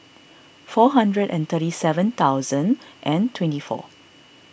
four hundred and thirty seven thousand and twenty four